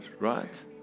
right